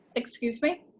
excuse me?